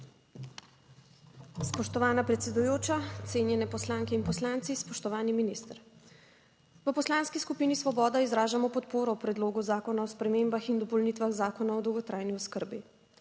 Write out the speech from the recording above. Spoštovana predsedujoča, cenjene poslanke in poslanci, spoštovani minister. V Poslanski skupini Svoboda izražamo podporo predlogu zakona o spremembah in dopolnitvah Zakona o dolgotrajni oskrbi.